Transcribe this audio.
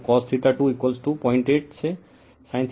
तो cos2 08 से sin 2 06